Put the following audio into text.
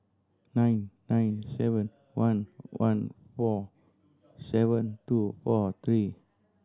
nine nine seven one one four seven two four three